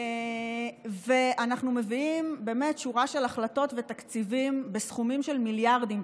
אנחנו מביאים שורה של החלטות ותקציבים בסכומים של מיליארדים.